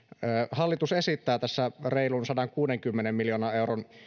hallitus esittää tässä reilun sadankuudenkymmenen miljoonan euron